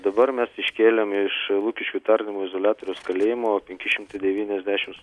dabar mes iškėlėme iš lukiškių tardymo izoliatoriaus kalėjimo penki šimtai devyniasdešims